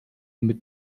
mit